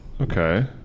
Okay